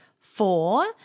four